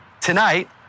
tonight